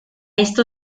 esto